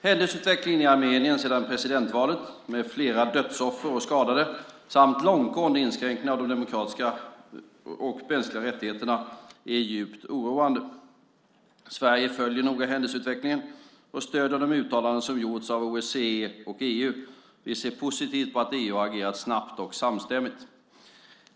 Händelseutvecklingen i Armenien sedan presidentvalet - med flera dödsoffer och skadade samt långtgående inskränkningar av de demokratiska och mänskliga rättigheterna - är djupt oroande. Sverige följer noga händelseutvecklingen och stöder de uttalanden som gjorts av OSSE och EU. Sverige ser positivt på att EU har agerat snabbt och samstämmigt.